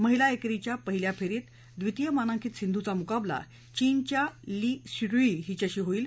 महिला एकरीच्या पहिल्या फेरीत द्वितीय मानांकित सिंधूचा मुकाबला चीनच्या ली स्युरुई हिच्याशी होईल